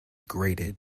grated